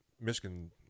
Michigan